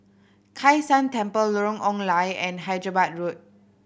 Kai San Temple Lorong Ong Lye and Hyderabad Road